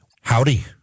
Howdy